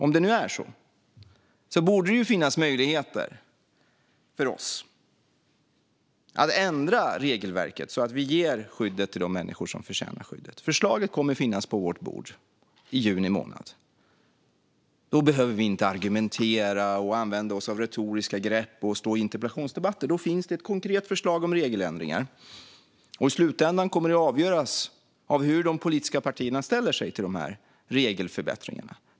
Om det nu är så borde det finnas möjligheter för oss att ändra regelverket så att vi ger skyddet till de människor som förtjänar skyddet. Förslaget kommer att finnas på vårt bord i juni månad. Då behöver vi inte argumentera, använda oss av retoriska grepp och stå i interpellationsdebatter. Då finns det ett konkret förslag om regeländringar. I slutändan kommer det att avgöras av hur de politiska partierna ställer sig till de regelförbättringarna.